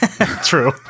True